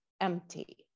empty